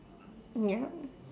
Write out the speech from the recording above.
ya